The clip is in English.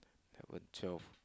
eleven twelve